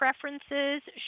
preferences